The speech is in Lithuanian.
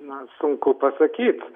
na sunku pasakyt